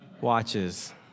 watches